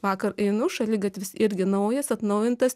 vakar einu šaligatvis irgi naujas atnaujintas